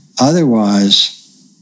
otherwise